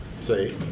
See